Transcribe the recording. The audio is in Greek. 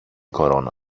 κορώνα